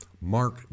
Mark